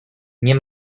nie